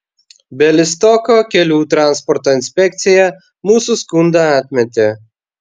bialystoko kelių transporto inspekcija mūsų skundą atmetė